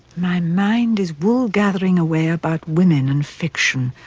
my mind is wool-gathering away about women and fiction.